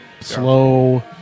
Slow